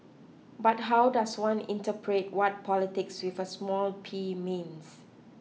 but how does one interpret what politics with a small P means